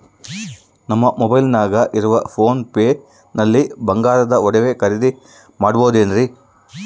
ನಮ್ಮ ಮೊಬೈಲಿನಾಗ ಇರುವ ಪೋನ್ ಪೇ ನಲ್ಲಿ ಬಂಗಾರದ ಒಡವೆ ಖರೇದಿ ಮಾಡಬಹುದೇನ್ರಿ?